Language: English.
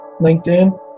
LinkedIn